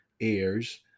heirs